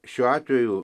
šiuo atveju